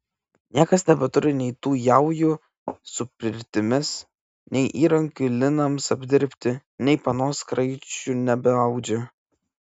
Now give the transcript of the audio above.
niekas nebeturi nei tų jaujų su pirtimis nei įrankių linams apdirbti nei panos kraičių nebeaudžia